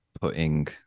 putting